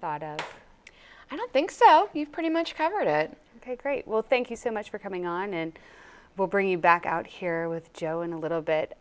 thought of i don't think so we've pretty much covered it ok great well thank you so much for coming on and we'll bring you back out here with joe in a little bit